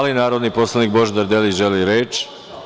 Da li narodni poslanik Božidar Delić želi reč?